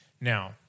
Now